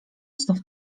znów